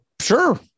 sure